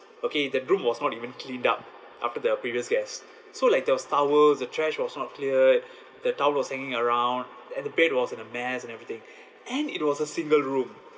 okay the room was not even cleaned up after their previous guest so like there was towels the trash was not cleared the towel was hanging around and the bed was in a mess and everything and it was a single room